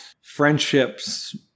friendships